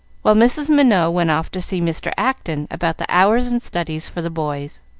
while mrs. minot went off to see mr. acton about the hours and studies for the boys.